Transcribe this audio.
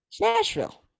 Nashville